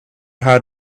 how